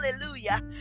hallelujah